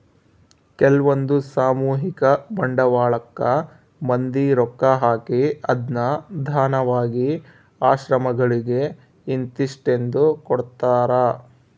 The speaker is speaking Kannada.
ಕೆಲ್ವಂದು ಸಾಮೂಹಿಕ ಬಂಡವಾಳಕ್ಕ ಮಂದಿ ರೊಕ್ಕ ಹಾಕಿ ಅದ್ನ ದಾನವಾಗಿ ಆಶ್ರಮಗಳಿಗೆ ಇಂತಿಸ್ಟೆಂದು ಕೊಡ್ತರಾ